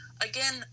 again